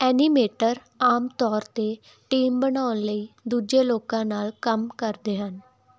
animator ਆਮ ਤੌਰ 'ਤੇ ਟੀਮ ਬਣਾਉਣ ਲਈ ਦੂਜੇ ਲੋਕਾਂ ਨਾਲ ਕੰਮ ਕਰਦੇ ਹਨ